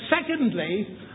secondly